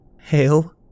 Hail